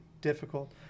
difficult